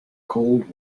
cold